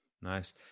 nice